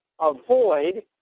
Avoid